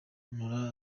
nora